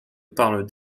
parle